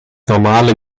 normale